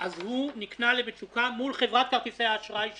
אז הוא נקלע למצוקה מול חברת כרטיסי האשראי שלו.